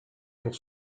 pour